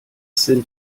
sind